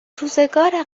روزگار